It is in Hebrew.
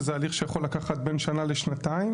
שזה הליך שיכול לקחת בין שנה לשנתיים.